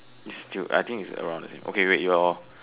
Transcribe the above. is still I think is around the same okay wait your